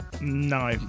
No